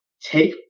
take